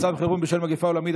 מצב חירום בשל מגפה עולמית),